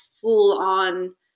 full-on